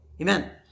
Amen